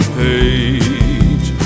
page